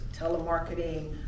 telemarketing